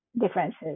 differences